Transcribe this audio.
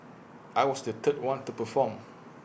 I was the third one to perform